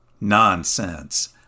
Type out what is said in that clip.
nonsense